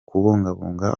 kubungabunga